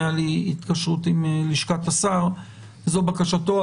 הייתה לי התקשרות עם לשכת השר, זו בקשתו.